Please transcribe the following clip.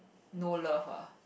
no love ah